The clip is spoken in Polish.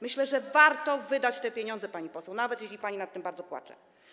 Myślę, że warto wydać te pieniądze, pani poseł, nawet jeśli pani nad tym bardzo płacze.